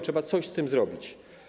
Trzeba coś z tym zrobić.